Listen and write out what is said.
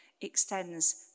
extends